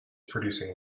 producing